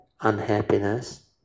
unhappiness